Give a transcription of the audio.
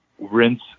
rinse